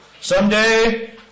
Someday